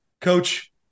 Coach